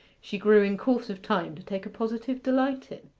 she grew in course of time to take a positive delight in.